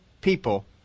people